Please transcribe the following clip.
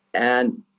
and.